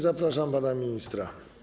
Zapraszam pana ministra.